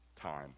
time